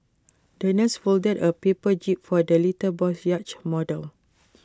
the nurse folded A paper jib for the little boy's yacht model